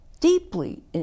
deeply